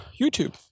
YouTube